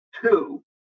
two